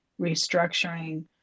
restructuring